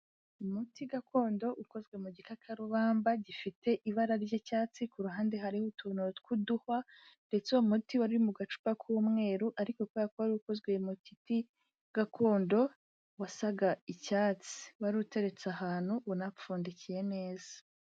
Umuti gakondo ukozwe mu gikakarubamba gifite ibara ry'icyatsi, ku ruhande hariho utuntu tw'uduhwa ndetse uwo muti wari mu gacupa k'umweru, ariko kubera ko wari ukozwe mu giti gakondo wasaga icyatsi, wari uteretse ahantu unapfundikiye neza.